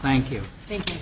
thank you thank you